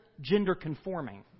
gender-conforming